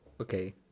Okay